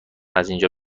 ازاینجا